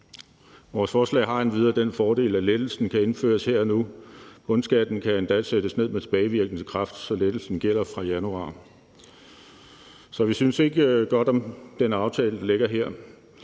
Vores forslag har endvidere den fordel, at lettelsen kan indføres her og nu; bundskatten kan endda sættes ned med tilbagevirkende kraft, så lettelsen gælder fra januar. Så vi synes ikke godt om den aftale, der ligger her.